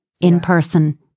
in-person